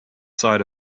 side